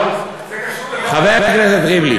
חבר הכנסת ריבלין,